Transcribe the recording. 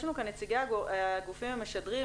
יש כאן את נציגי הגופים המשדרים,